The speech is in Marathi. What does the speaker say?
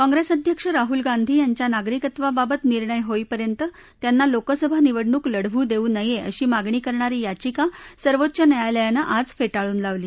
काँग्रेस अध्यक्ष राहूल गांधी यांच्या नागरिकत्वाबाबत निर्णय होईपर्यंत त्यांना लोकसभा निवडणूक लढवू देऊ नये अशी मागणी करणारी याचिका सर्वोच्च न्यायालयालानं आज फेटाळून लावली